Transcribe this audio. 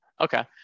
Okay